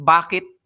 Bakit